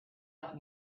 out